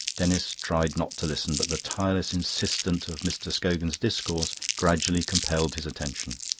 denis tried not to listen, but the tireless insistence of mr. scogan's discourse gradually compelled his attention.